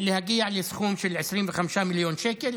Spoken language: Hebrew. להגיע לסכום של 25 מיליון שקל.